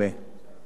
קציני נוער.